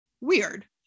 weird